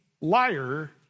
liar